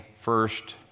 first